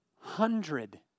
hundred